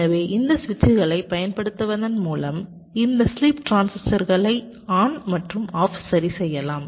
எனவே இந்த சுவிட்சுகளைப் பயன்படுத்துவதன் மூலம் இந்த ஸ்லீப் டிரான்சிஸ்டர்களைப் ஆன் மற்றும் ஆஃப் சரிசெய்யலாம்